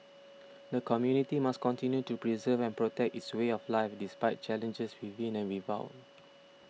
the community must continue to preserve and protect its way of life despite challenges within and without